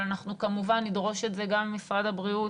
אבל אנחנו כמובן נדרוש את זה גם ממשרד הבריאות